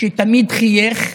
שתמיד חייך,